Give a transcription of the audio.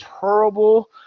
terrible